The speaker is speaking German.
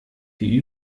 wie